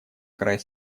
край